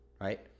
Right